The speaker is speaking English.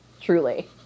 truly